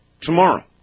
tomorrow